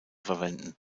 verwenden